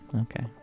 Okay